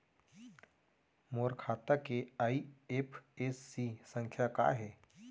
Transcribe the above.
मोर खाता के आई.एफ.एस.सी संख्या का हे?